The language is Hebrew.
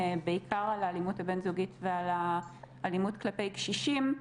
בעיקר על האלימות הבין-זוגית והעל האלימות כלפי קשישים,